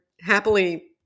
happily